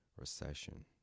recession